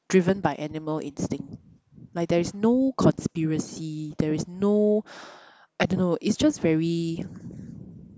driven by animal instinct like there is no conspiracy there is no I don't know it's just very